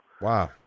Wow